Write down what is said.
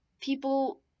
people